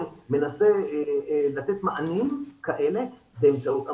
מנסה לתת מענים כאלה באמצעות עמותות,